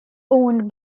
owned